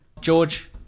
George